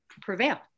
prevail